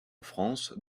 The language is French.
france